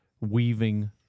weaving